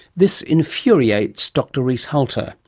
this infuriates dr reese halter,